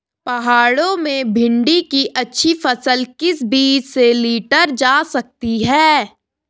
पहाड़ों में भिन्डी की अच्छी फसल किस बीज से लीटर जा सकती है?